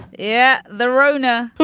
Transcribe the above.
yeah, the rohner.